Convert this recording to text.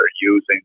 using